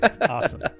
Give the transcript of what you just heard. Awesome